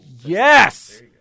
Yes